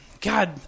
God